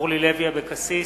אורלי לוי אבקסיס,